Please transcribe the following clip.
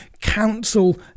Council